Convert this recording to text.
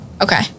Okay